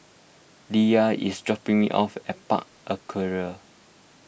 Lyla is dropping me off at Park Aquaria